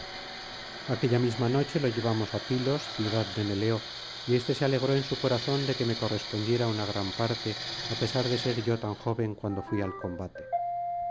aquella misma noche lo llevamos á pilos ciucanto undécimo ijs dad de neleo y éste se alegró en su corazón de que me correspondiera una gran parte á pesar de ser yo tan joven cuando fui al combate